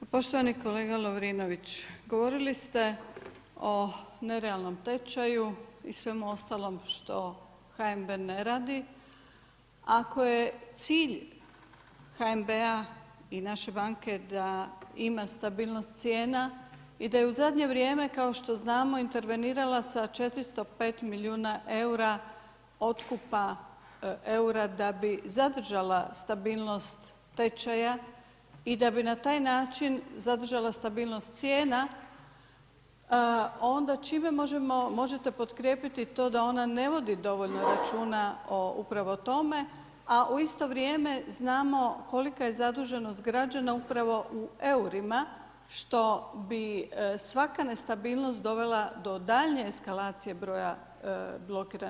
Pa poštovani kolega Lovrinović, govorili ste o nerealnom tečaju i svemu ostalom što HNB ne radi. ako je cilj HNB-a i naše banke da ima stabilnost cijena i da je u zadnje vrijeme kao što znamo intervenirala sa 405 milijuna eura otkupa eura da bi zadržala stabilnost tečaja i da bi na taj način zadržala stabilnost cijena onda čime možete potkrijepiti to da ona ne vodi dovoljno računa upravo o tome, a u isto vrijeme znamo kolika je zaduženost građana upravo u eurima što bi svaka nestabilnost dovela do daljnje eskalacije broja blokiranih građana.